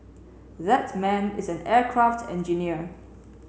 that man is an aircraft engineer